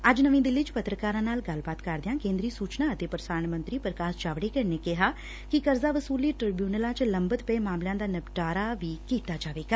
ਅੱਜ ਨਵੀ ਦਿੱਲੀ ਚ ਪੱਤਰਕਾਰਾਂ ਨਾਲ ਗੱਲਬਾਤ ਕਰਦਿਆਂ ਕੇਦਰੀ ਸੁਚਨਾ ਅਤੇ ਪ੍ਸਾਰਣ ਮੰਤਰੀ ਪ੍ਰਕਾਸ਼ ਜਾਵਡੇਕਰ ਨੇ ਕਿਹਾ ਕਿ ਕਰ ਵਸੂਲੀ ਟ੍ਰਿਬਿਉਨਲਾਂ ਚ ਲੰਬਤ ਪਏ ਮਾਮਲਿਆਂ ਦਾ ਨਿਪਟਾਰਾ ਵੀ ਕੀਤਾ ਜਾਵੇਗਾ